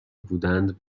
بودند